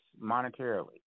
monetarily